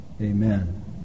amen